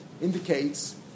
indicates